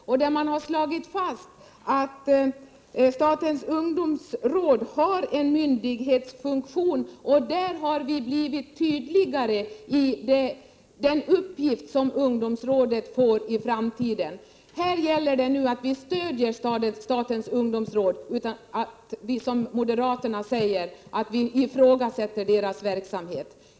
Därvid har man ju slagit fast att statens ungdomsråd har en myndighetsfunktion. Därigenom har vi blivit tydligare när det gäller den uppgift som ungdomsråd skall ha i framtiden. Här gäller det att vi nu stöder statens ungdomsråd och inte, som moderaterna, ifrågasätter dess verksamhet.